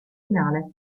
finale